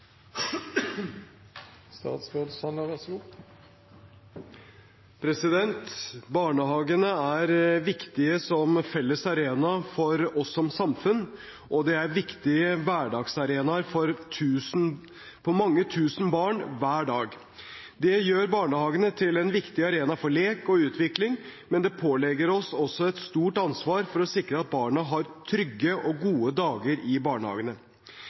viktige som felles arena for oss som samfunn, og de er viktige hverdagsarenaer for mange tusen barn hver dag. Det gjør barnehagene til en viktig arena for lek og utvikling, men det pålegger oss også et stort ansvar for å sikre at barna har trygge og gode dager i barnehagene.